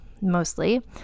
mostly